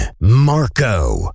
Marco